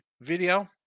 video